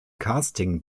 casting